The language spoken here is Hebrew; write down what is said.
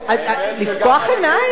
לפקוח עיניים.